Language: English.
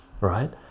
right